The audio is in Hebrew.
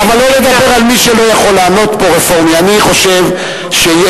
כי אנשים לא מבינים את העניין.